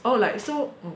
oh like so mm